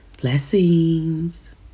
Blessings